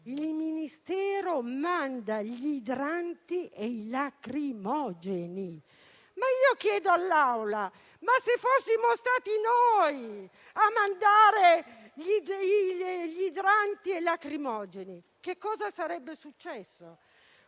Il Ministero cosa fa? Manda gli idranti e i lacrimogeni. Chiedo ai colleghi: se fossimo stati noi a mandare gli idranti e i lacrimogeni, che cosa sarebbe successo?